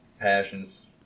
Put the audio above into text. Passions